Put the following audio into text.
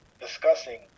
discussing